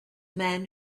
man